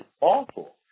awful